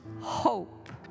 hope